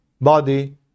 body